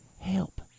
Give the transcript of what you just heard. help